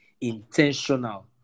intentional